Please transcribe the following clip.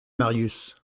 marius